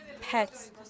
pets